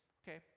okay